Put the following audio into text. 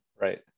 Right